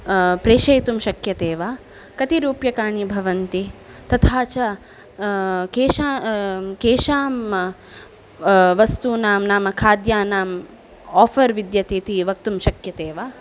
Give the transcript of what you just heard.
प्रेषयितुं शक्यते वा कति रूप्यकाणि भवन्ति तथा च केषां वस्तूनां नाम खाद्यानां आफर् विद्यते इति वक्तुं शक्यते वा